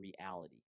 reality